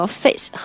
face